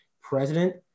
President